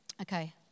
Okay